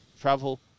travel